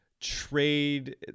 trade